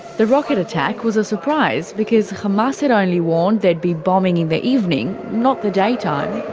the rocket attack was a surprise because hamas had only warned they'd be bombing in the evening, not the day time.